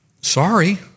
Sorry